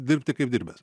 dirbti kaip dirbęs